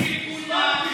הזכיר את כולם.